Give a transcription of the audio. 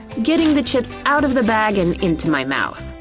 getting the chips out of the bag and into my mouth.